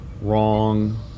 Wrong